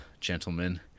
gentlemen